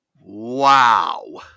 Wow